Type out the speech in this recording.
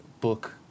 book